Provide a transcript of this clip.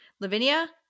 Lavinia